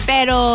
Pero